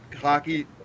hockey